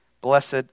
Blessed